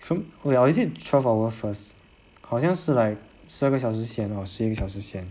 from oh ya or is it twelve hour first 好像是 like 十二个小时先 or 十一个小时先